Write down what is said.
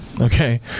Okay